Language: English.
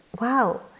wow